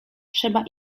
trzeba